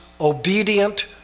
obedient